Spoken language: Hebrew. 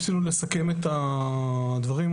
לסכם את הדברים.